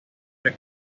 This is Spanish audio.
las